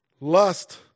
Lust